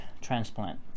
transplant